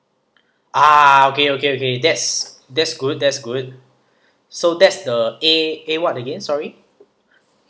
ah okay okay okay that's that's good that's good so that's the A A what again sorry